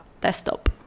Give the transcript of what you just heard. desktop